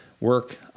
work